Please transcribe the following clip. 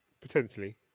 Potentially